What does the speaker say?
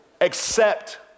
Accept